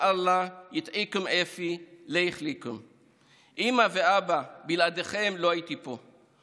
ומתרגם:) אימא ואבא, בלעדיכם לא הייתי פה.